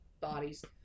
bodies